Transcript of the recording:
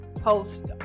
post